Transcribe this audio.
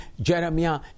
Jeremiah